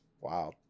Wow